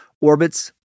orbits